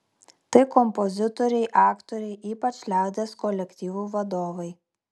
tai kompozitoriai aktoriai ypač liaudies kolektyvų vadovai